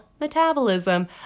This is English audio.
metabolism